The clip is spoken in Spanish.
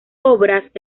obras